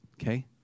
okay